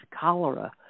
cholera